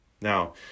Now